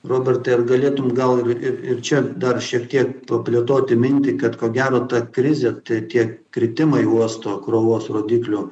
robertai ar galėtum gal ir ir čia dar šiek tiek plėtoti mintį kad ko gero ta krizė tai tie kritimai uosto krovos rodiklių